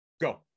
Go